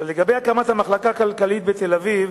לגבי הקמת המחלקה הכלכלית בתל-אביב,